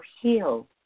heal